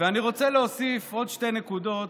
ואני רוצה להוסיף עוד שתי נקודות: